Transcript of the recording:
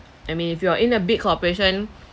I mean if you are in a big corporation